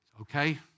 Okay